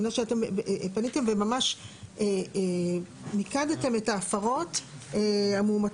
אני מבינה שאתם פניתם וממש מיקדתם את ההפרות המאומצות,